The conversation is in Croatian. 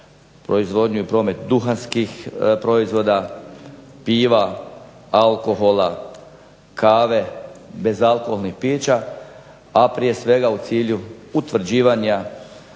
proizvodnju i promet duhanskih proizvoda, piva, alkohola, kave, bezalkoholnih pića, a prije svega u cilju utvrđivanja